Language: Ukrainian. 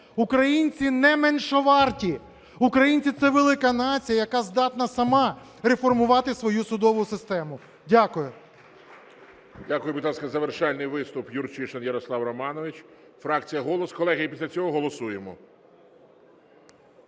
Українці не меншоварті, українці – це велика нація, яка здатна сама реформувати свою судову систему. Дякую.